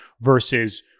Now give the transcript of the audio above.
versus